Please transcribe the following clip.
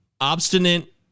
obstinate